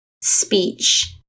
speech